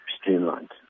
streamlined